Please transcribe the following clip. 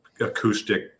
acoustic